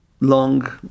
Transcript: long